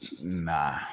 Nah